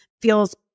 feels